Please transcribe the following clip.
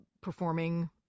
performing